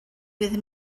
with